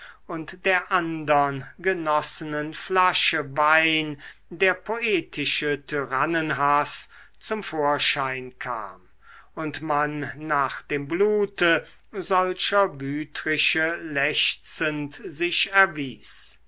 und der andern genossenen flasche wein der poetische tyrannenhaß zum vorschein kam und man nach dem blute solcher wütriche lechzend sich erwies